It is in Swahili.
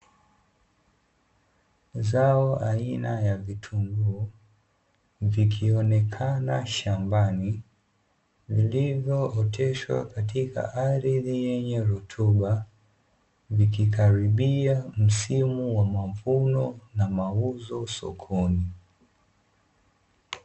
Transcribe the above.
Zao aina ya vitunguu vikionekana shambani vilivyooteshwa katika ardhi yenye rutuba vikikaribia msimu wa mavuno na mauzo sokoni.